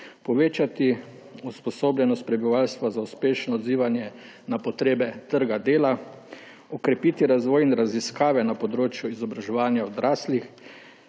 povečati usposobljenost prebivalstva za uspešno odzivanje na potrebe trga dela, okrepiti razvoj in raziskave na področju izobraževanja odraslih,